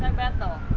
bethel